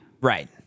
Right